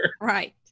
Right